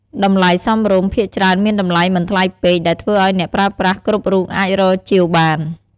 តម្លៃសមរម្យ ភាគច្រើនមានតម្លៃមិនថ្លៃពេក ដែលធ្វើឱ្យអ្នកប្រើប្រាស់គ្រប់រូបអាចរកជាវបាន។